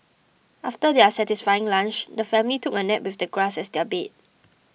after their satisfying lunch the family took a nap with the grass as their bed